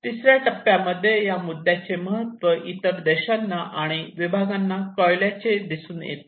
तिसऱ्या टप्प्यामध्ये या मुद्द्याचे महत्त्व इतर देशांना आणि विभागांना कळल्याचे दिसून येते